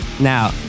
Now